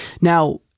Now